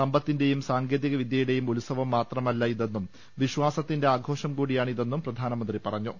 സമ്പത്തിന്റെയും സാങ്കേതിക വിദ്യയുടെയും ഉത്സവം മാത്രമല്ല ഇതെന്നും വിശ്വാസത്തിന്റെ ആഘോഷംകൂടിയാണിതെന്നും പ്രധാനമന്ത്രി പറഞ്ഞു